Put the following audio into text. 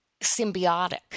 symbiotic